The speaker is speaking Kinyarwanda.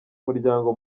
umuryango